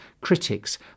critics